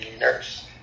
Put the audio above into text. nurse